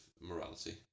morality